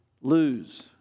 lose